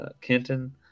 kenton